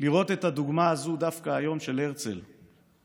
לראות את הדוגמה הזאת של הרצל דווקא היום,